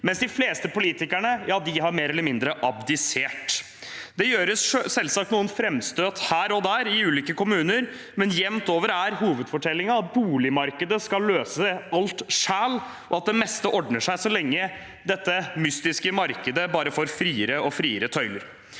mens de fleste politikerne mer eller mindre har abdisert. Det gjøres selvsagt noen framstøt her og der i ulike kommuner, men jevnt over er hovedfortellingen at boligmarkedet skal løse alt selv, og at det meste ordner seg så lenge dette mystiske markedet bare får friere og friere tøyler.